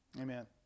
Amen